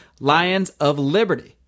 LIONSOFLIBERTY